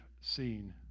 seen